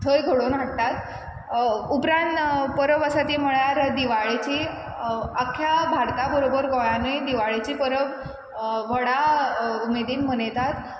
थंय घडोवन हाडटात उपरांत परब आसा ती ती म्हळ्यार दिवाळेची आख्ख्या भारता बरोबर गोंयानूय दिवाळेची परब व्हडा उमेदीन मनयतात